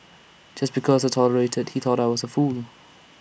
just because I tolerated he thought I was A fool